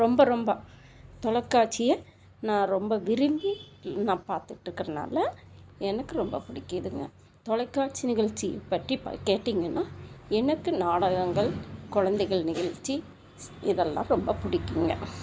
ரொம்ப ரொம்ப தொலைக்காட்சியை நான் ரொம்ப விரும்பி நான் பார்த்துட்டுருக்குறதனால எனக்கு ரொம்ப பிடிக்குதுங்க தொலைக்காட்சி நிகழ்ச்சி பற்றி கேட்டீங்கன்னால் எனக்கு நாடகங்கள் குழந்தைகள் நிகழ்ச்சி இதெல்லாம் ரொம்ப பிடிக்குங்க